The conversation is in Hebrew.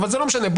לא משנה,